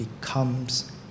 becomes